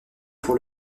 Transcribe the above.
pour